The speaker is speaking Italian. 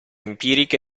empirica